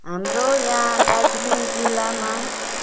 हाम्रो यहाँ दार्जिलिङ जिल्लामा